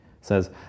says